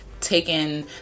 taken